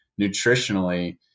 nutritionally